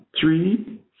three